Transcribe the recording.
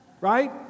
right